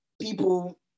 people